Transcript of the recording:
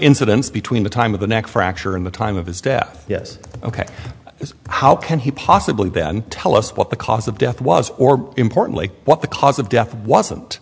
incidents between the time of the neck fracture and the time of his death yes ok so how can he possibly then tell us what the cause of death was or importantly what the cause of death wasn't